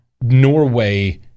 Norway